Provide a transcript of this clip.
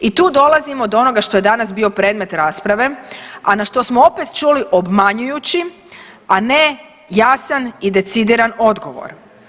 I tu dolazimo do onoga što je danas bio predmet rasprave, a na što smo opet čuli obmanjujući, a ne jasan i decidiran odgovor.